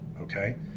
Okay